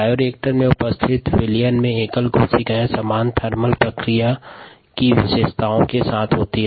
bioreactor में उपस्थित विलयन में एकल कोशिका समान ताप प्रतिक्रिया की विशेषताओं के साथ होती हैं